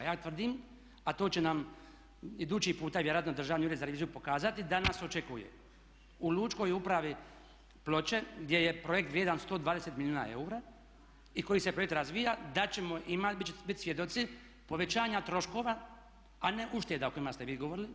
Ja tvrdim, a to će nam idući puta vjerojatno Državni ured za reviziju pokazati da nas očekuje u Lučkoj upravi Ploče gdje je projekt vrijedan 120 milijuna eura i koji se projekt razvija, da ćete bit svjedoci povećanja troškova a ne ušteda o kojima ste vi govorili.